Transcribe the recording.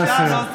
למה?